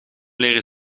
leren